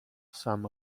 sum